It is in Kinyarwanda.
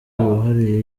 uruhare